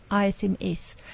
ISMS